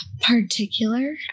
particular